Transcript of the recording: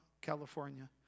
California